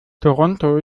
toronto